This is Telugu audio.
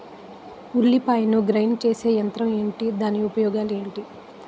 ఉల్లిపాయలను గ్రేడ్ చేసే యంత్రం ఏంటి? దాని ఉపయోగాలు ఏంటి?